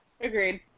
Agreed